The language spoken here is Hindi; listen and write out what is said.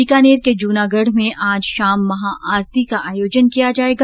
बीकानेर के जूनागढ में आज शाम महाआरती का आयोजन किया जाएगा